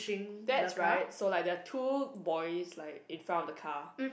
that's right so like there are two boys like in front of the car